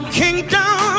kingdom